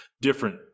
different